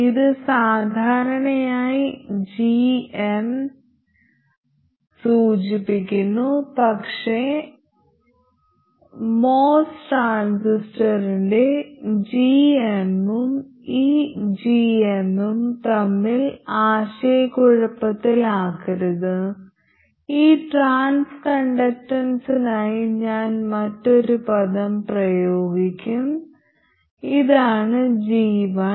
ഇത് സാധാരണയായി Gm സൂചിപ്പിക്കുന്നു പക്ഷേ എംഒഎസ് ട്രാൻസിസ്റ്ററിന്റെ gm ഉം ഈ Gm ഉം തമ്മിൽ ആശയക്കുഴപ്പത്തിലാക്കരുത് ഈ ട്രാൻസ് കണ്ടക്ടൻസിനായി ഞാൻ മറ്റൊരു പദം ഉപയോഗിക്കും ഇതാണ് G1